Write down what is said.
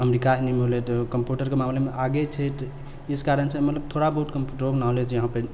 America सनि होले कम्प्यूटरके मामिलेमे आगे छै इस कारणसँ मतलब थोड़ा बहुत कम्प्यूटरोके नॉलेज यहाँपर